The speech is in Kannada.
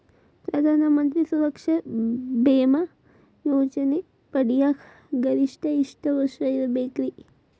ಪ್ರಧಾನ ಮಂತ್ರಿ ಸುರಕ್ಷಾ ಭೇಮಾ ಯೋಜನೆ ಪಡಿಯಾಕ್ ಗರಿಷ್ಠ ಎಷ್ಟ ವರ್ಷ ಇರ್ಬೇಕ್ರಿ?